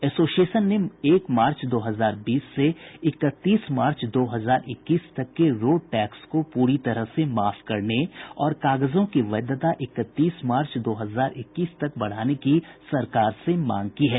association ने एक March दो हजार बीस से इकतीस मार्च दो हजार इक्कीस तक के रोड टैक्स को पूरी तरह से माफ करने और कागजों की वैधता इकतीस मार्च दो हजार इक्कीस तक बढ़ाने की सरकार से मांग की है